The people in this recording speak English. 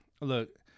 Look